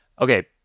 okay